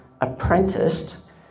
apprenticed